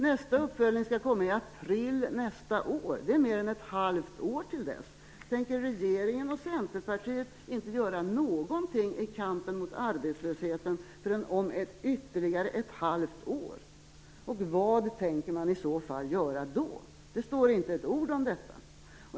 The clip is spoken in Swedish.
Nästa uppföljning skall komma i april nästa år. Det är mer än ett halvt år till dess. Tänker regeringen och Centerpartiet inte göra någonting i kampen mot arbetslösheten förrän om ytterligare ett halvår, och vad tänker man i så fall göra då? Det står inte ett ord om detta.